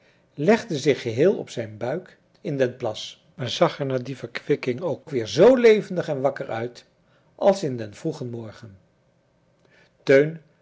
legde zich geheel op zijn buik in den plas maar zag er na die verkwikking ook weer zoo levendig en wakker uit als in den vroegen morgen teun